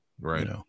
right